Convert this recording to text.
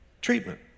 Treatment